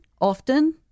often